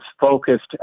focused